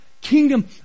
kingdom